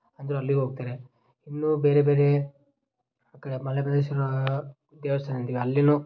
ಅಂದ್ರೆ ಅಲ್ಲಿಗೆ ಹೋಗ್ತರೆ ಇನ್ನು ಬೇರೆ ಬೇರೆ ಆ ಕಡೆ ಮಳೆಮಲ್ಲೇಶ್ವರ ದೇವಸ್ಥಾನ ಇದೆ ಅಲ್ಲಿಯೂ